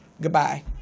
goodbye